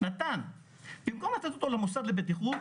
נתן למוסד לבטיחות,